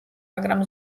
მაგრამ